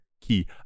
key